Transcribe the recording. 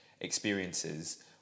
experiences